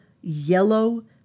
yellow